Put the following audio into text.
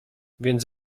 więc